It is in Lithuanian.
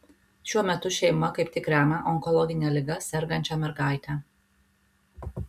šiuo metu šeima kaip tik remia onkologine liga sergančią mergaitę